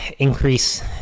Increase